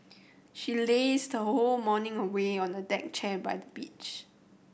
she lazed her whole morning away on a deck chair by the beach